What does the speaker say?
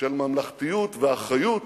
של ממלכתיות ואחריות